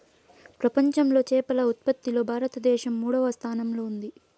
ప్రపంచంలో చేపల ఉత్పత్తిలో భారతదేశం మూడవ స్థానంలో ఉంది